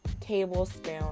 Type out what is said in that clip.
tablespoon